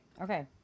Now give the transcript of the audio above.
Okay